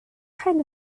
kind